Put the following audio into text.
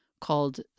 called